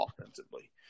offensively